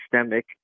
systemic